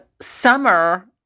summer